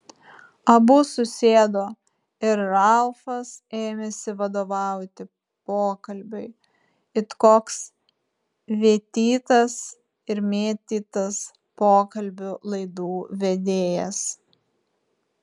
abu susėdo ir ralfas ėmėsi vadovauti pokalbiui it koks vėtytas ir mėtytas pokalbių laidų vedėjas